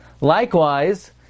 Likewise